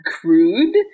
crude